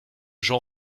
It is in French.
jean